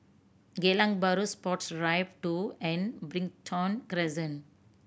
Geylang Bahru Sports Drive Two and Brighton Crescent